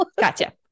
gotcha